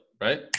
right